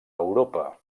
europa